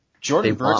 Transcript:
Jordan